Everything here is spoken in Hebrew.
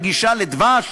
רגישה לדבש,